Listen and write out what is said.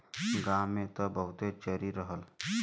गांव में त बहुते चरी रहला